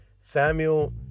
Samuel